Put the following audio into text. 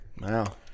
Wow